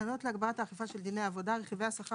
תקנות להגברת האכיפה של דיני העבודה (רכיבי השכר